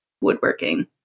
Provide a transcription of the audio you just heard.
woodworking